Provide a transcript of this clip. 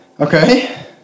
Okay